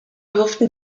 durften